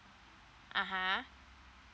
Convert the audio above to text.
uh !huh!